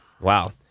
Wow